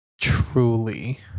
Truly